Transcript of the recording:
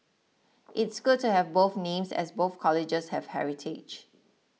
it's good to have both names as both colleges have heritage